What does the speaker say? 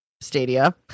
Stadia